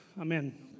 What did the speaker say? Amen